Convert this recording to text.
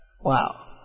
Wow